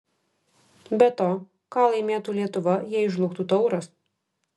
be to ką laimėtų lietuva jei žlugtų tauras